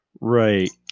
right